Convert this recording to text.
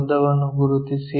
ಉದ್ದವನ್ನು ಗುರುತಿಸಿ